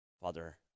father